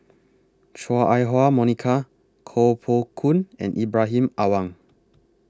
Chua Ah Huwa Monica Koh Poh Koon and Ibrahim Awang